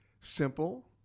simple